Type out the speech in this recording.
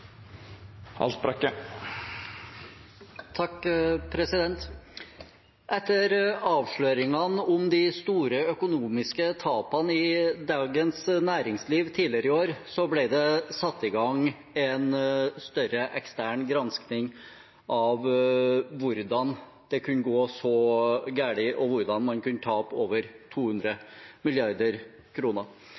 Etter avsløringene i Dagens Næringsliv tidligere i år om de store økonomiske tapene, ble det satt i gang en større ekstern gransking av hvordan det kunne gå så galt, og hvordan man kunne tape over 200